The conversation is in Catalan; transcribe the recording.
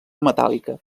metàl·lica